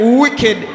wicked